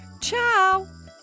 Ciao